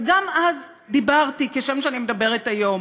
וגם אז דיברתי כשם שאני מדברת היום.